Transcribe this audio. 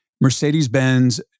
Mercedes-Benz